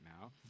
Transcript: now